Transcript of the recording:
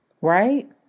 Right